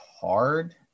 hard